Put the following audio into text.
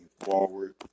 forward